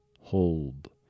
hold